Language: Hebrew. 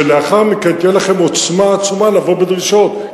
ולאחר מכן תהיה לכם עוצמה עצומה לבוא בדרישות.